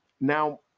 Now